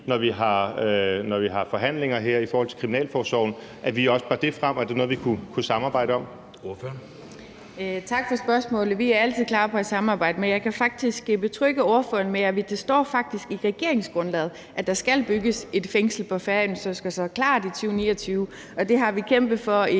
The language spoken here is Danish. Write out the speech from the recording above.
når vi har forhandlinger her i forhold til kriminalforsorgen, også bar det frem, og er det noget, vi kunne samarbejde om?